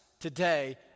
today